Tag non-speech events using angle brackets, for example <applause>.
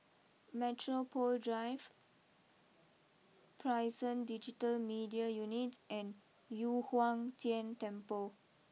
Metropole Drive <noise> Prison Digital Media Unit and Yu Huang Tian Temple